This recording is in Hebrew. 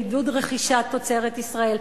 לעידוד רכישה תוצרת ישראל.